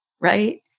right